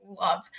love